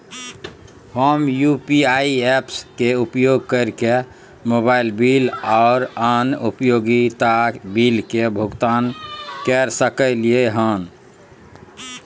हम UPI apps के उपयोग कैरके मोबाइल बिल आर अन्य उपयोगिता बिल के भुगतान कैर सकलिये हन